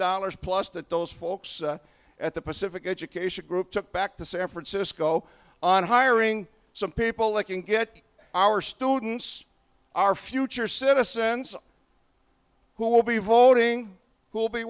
dollars plus that those folks at the pacific education group took back to san francisco on hiring some people looking to get our students our future citizens who will be voting who will be